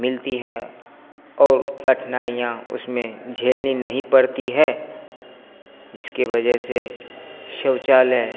मिलती है और कठिनाइयाँ उसमें झेलनी नहीं पड़ती हैं जिसकी वज़ह से शौचालय